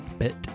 bit